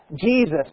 Jesus